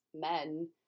Men